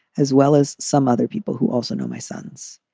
as well as some other people who also know my sons,